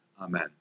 Amen